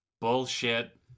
bullshit